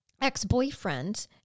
ex-boyfriend